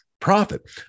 profit